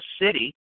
city